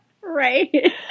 Right